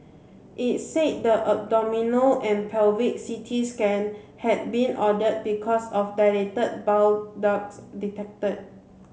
it said the abdominal and pelvic C T scan had been ordered because of dilated bile ducts detected